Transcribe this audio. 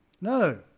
no